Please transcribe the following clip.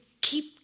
keep